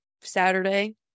Saturday